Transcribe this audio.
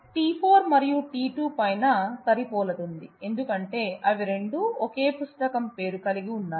t4 మరియు t2 పైన సరిపోలతుంది ఎందుకంటే అవి రెండు ఒకే పుస్తకం పేరు కలిగి ఉన్నాయి